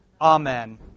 Amen